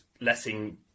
letting